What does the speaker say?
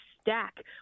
stack